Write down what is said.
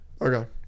okay